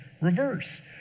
reverse